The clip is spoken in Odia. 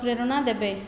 ପ୍ରେରଣା ଦେବେ